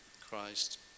Christ